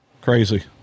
Crazy